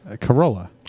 Corolla